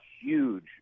huge